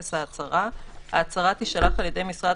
טופס ההצהרה); ההצהרה תישלח על ידי משרד